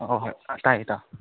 ꯑꯣ ꯍꯣꯏ ꯍꯣꯏ ꯇꯥꯏꯌꯦ ꯏꯇꯥꯎ